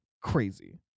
crazy